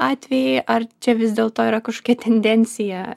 atvejai ar čia vis dėlto yra kažkokia tendencija